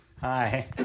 Hi